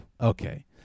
okay